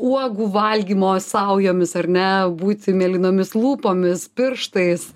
uogų valgymo saujomis ar ne būt mėlynomis lūpomis pirštais